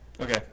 Okay